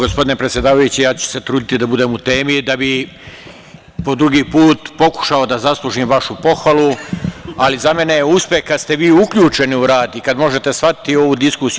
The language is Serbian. Gospodine predsedavajući, ja ću se truditi da budem u temi da bi po drugi put pokušao da zaslužim vašu pohvalu, ali za mene je uspeh kad ste vi uključeni u rad i kad možete shvatiti ovu diskusiju.